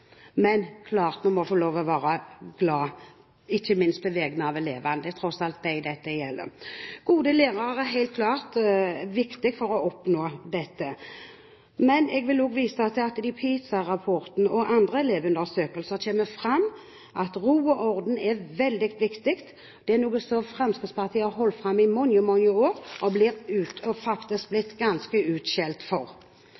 Men det er klart at en må få lov til å være glad, ikke minst på vegne av elevene. Det er tross alt dem dette gjelder. Gode lærere er helt klart viktig for å oppnå dette. Men jeg vil vise til at det i PISA-rapporten og i andre elevundersøkelser kommer fram at ro og orden er veldig viktig. Det er noe Fremskrittspartiet har holdt fram i mange, mange år, og som vi faktisk